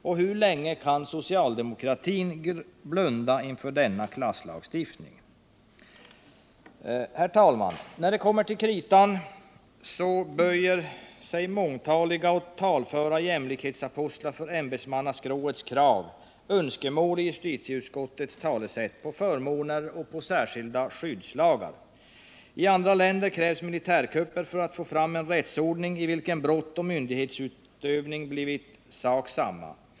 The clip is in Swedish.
Och hur länge till kan socialdemokratin blunda för denna klasslagstiftning? Herr talman! När det kommer till kritan böjer sig mångtaliga och talföra jämlikhetsapostlar för ämbetsmannaskråets krav —i justitieutskottets talesätt ”önskemål” — på förmåner och särskilda skyddslagar. I andra länder krävs militärkupper för att få fram en rättsordning i vilken brott och myndighetsutövning blivit sak samma.